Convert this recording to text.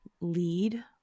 lead